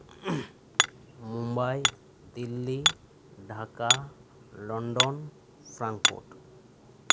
Mumbai Delhi Dhaka London ᱥᱟᱝᱯᱳᱴ